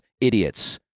idiots